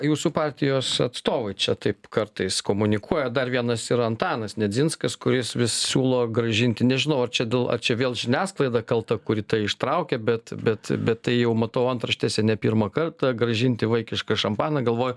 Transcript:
jūsų partijos atstovai čia taip kartais komunikuoja dar vienas yra antanas nedzinskas kuris vis siūlo grąžinti nežinau ar čia dėl ar čia vėl žiniasklaida kalta kuri tai ištraukė bet bet bet tai jau matau antraštėse ne pirmą kartą grąžinti vaikišką šampaną galvoju